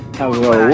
hello